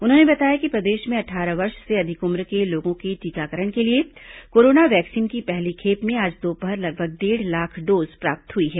उन्होंने बताया कि प्रदेश में अट्ठारह वर्ष से अधिक उम्र के लोगों के टीकाकरण के लिए कोरोना वैक्सीन की पहली खेप में आज दोपहर लगभग डेढ़ लाख डोज प्राप्त हुई है